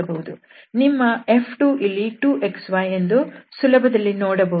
ನಿಮ್ಮ F2 ಇಲ್ಲಿ 2 x y ಎಂದು ಸುಲಭದಲ್ಲಿ ನೋಡಬಹುದು